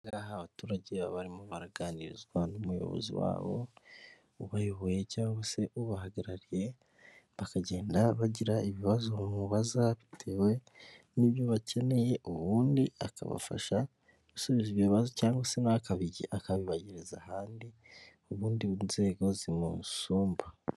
Aha ngaha abaturage baba barimo baraganirizwa n'umuyobozi wabo, ubayoboye cyangwa se ubahagarariye, bakagenda bagira ibibazo bamubaza bitewe n'ibyo bakeneye, ubundi akabafasha gusubiza ibyo bibazo cyangwa se na we akabibagereza ahandi, mu zindi nzego zimusumba.